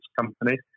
Company